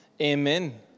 Amen